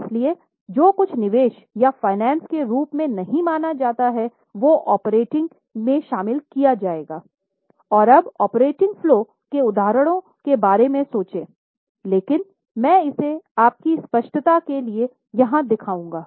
इसलिए जो कुछ निवेश या फाइनेंसिंग के रूप में नहीं माना जा सकता है वो ऑपरेटिंग में शामिल किया जाएगा और अब ऑपरेटिंग फलो के उदाहरणों के बारे में सोचें लेकिन मैं इसे आपकी स्पष्टता के लिए यहां दिखाऊंगा